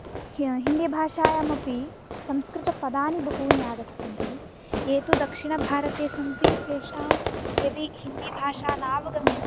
हि हिन्दिभाषायामपि संस्कृतपदानि बहूनि आगच्छन्ति ये तु दक्षिणभारते सन्ति यदि हिन्दीभाषा नावगम्यते